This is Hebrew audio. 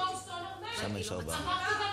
מי בעד?